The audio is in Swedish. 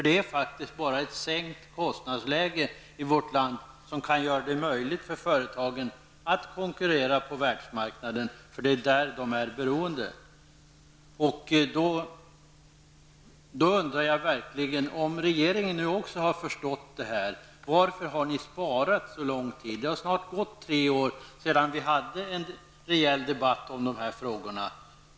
Det är bara ett sänkt kostnadsläge i vårt land som kan göra det möjligt för företagen att konkurrera på världsmarknaden, och de är beroende av detta. Om nu också regeringen har förstått det här problemet, varför har ni då sparat det så länge? Det har snart gått tre år sedan vi hade en rejäl debatt om de här frågorna.